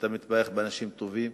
ואתה מתברך באנשים טובים.